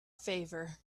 favor